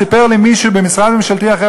סיפר לי מישהו במשרד ממשלתי אחר,